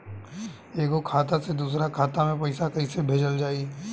एगो खाता से दूसरा खाता मे पैसा कइसे भेजल जाई?